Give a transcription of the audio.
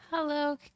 Hello